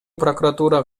прокуратура